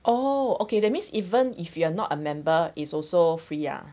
oh okay that means even if you're not a member is also free ah